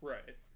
Right